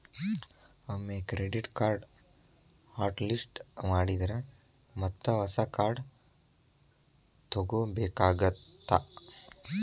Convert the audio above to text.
ಒಮ್ಮೆ ಕ್ರೆಡಿಟ್ ಕಾರ್ಡ್ನ hot list ಮಾಡಿದ್ರ ಮತ್ತ ಹೊಸ ಕಾರ್ಡ್ ತೊಗೋಬೇಕಾಗತ್ತಾ